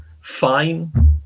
fine